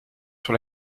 sur